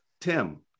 Tim